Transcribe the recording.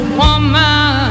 woman